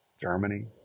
Germany